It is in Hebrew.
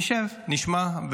נשב, נשמע.